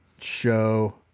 show